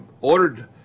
ordered